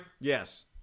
Yes